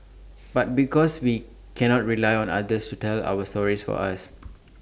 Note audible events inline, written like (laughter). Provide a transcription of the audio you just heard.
but because we cannot rely on others to tell our stories for us (noise)